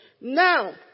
Now